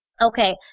Okay